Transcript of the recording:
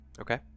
Okay